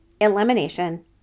Elimination